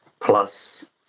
plus